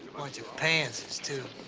bunch of pansies, too.